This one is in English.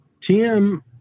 Tim